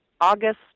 August